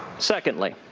secondly,